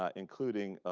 um including